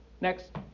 next